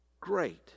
great